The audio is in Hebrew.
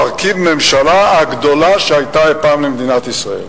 מרכיב את הממשלה הגדולה שהיתה אי-פעם למדינת ישראל.